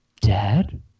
Dad